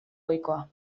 ohikoa